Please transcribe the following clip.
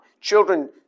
Children